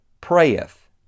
prayeth